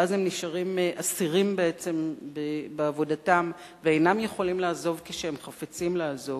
ואז הם נשארים אסירים בעבודתם ואינם יכולים לעזוב כשהם חפצים לעזוב,